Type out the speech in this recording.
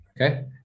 okay